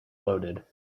loaded